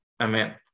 Amen